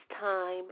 time